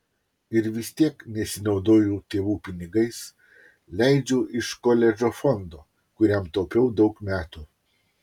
ir vis tiek nesinaudoju tėvų pinigais leidžiu iš koledžo fondo kuriam taupiau daug metų